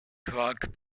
quark